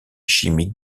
chimiques